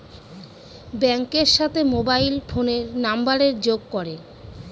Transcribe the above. ব্যাঙ্কের সাথে মোবাইল ফোনের নাম্বারের যোগ করে